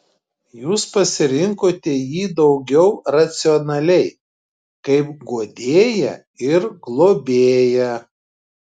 jūs pasirinkote jį daugiau racionaliai kaip guodėją ir globėją